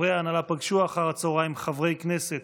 חברי ההנהלה פגשו אחר הצוהריים חברי כנסת